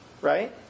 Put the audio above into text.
Right